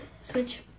switch